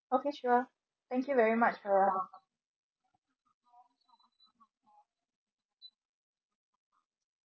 okay sure thank you very much for your help